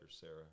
Sarah